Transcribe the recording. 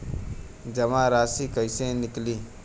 जमा राशि कइसे निकली?